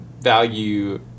value